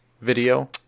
video